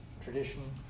Tradition